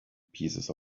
pieces